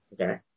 Okay